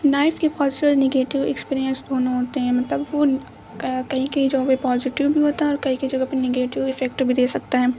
knife کے personal negative experience دونوں ہوتے ہیں مطلب وہ کہیں کہیں جو ہے پازیٹیو بھی ہوتا ہے اور کہیں کہیں جگہ پہ نگیٹو افیکٹ بھی دے سکتا ہے